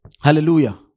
Hallelujah